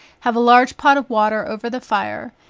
have a large pot of water over the fire,